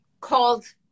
called